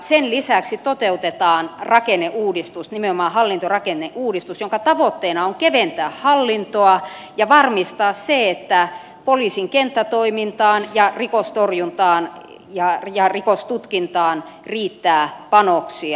sen lisäksi toteutetaan rakenneuudistus nimenomaan hallintorakenneuudistus jonka tavoitteena on keventää hallintoa ja varmistaa se että poliisin kenttätoimintaan ja rikostorjuntaan ja rikostutkintaan riittää panoksia